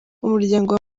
umuryango